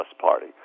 party